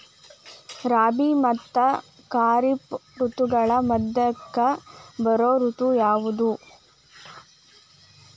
ರಾಬಿ ಮತ್ತ ಖಾರಿಫ್ ಋತುಗಳ ಮಧ್ಯಕ್ಕ ಬರೋ ಋತು ಯಾವುದ್ರೇ?